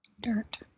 dirt